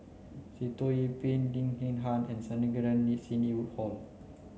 Sitoh Yih Pin Lim Peng Han and Sandrasegaran Sidney Woodhull